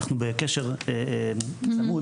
אנחנו בקשר צמוד,